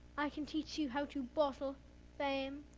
i can teach you how to bottle fame,